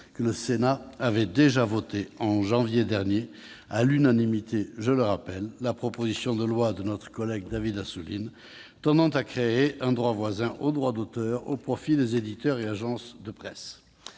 que le Sénat avait déjà adopté, en janvier dernier- à l'unanimité, je le rappelle -, la proposition de loi de David Assouline tendant à créer un droit voisin au droit d'auteur au profit des éditeurs et agences de presse.